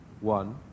one